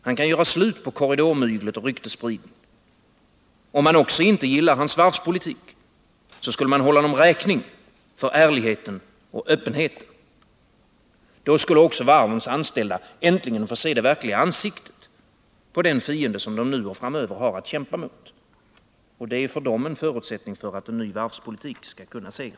Han kan göra slut på korridormygel och ryktesspridning, och om man också inte gillar hans varvspolitik, skulle man hålla honom räkning för ärligheten och öppenheten. Då skulle också varvens anställda äntligen få se det verkliga ansiktet på den fiende som de nu och framöver har att kämpa mot. De är för dem en förutsättning för att en ny varvspolitik skall kunna segra.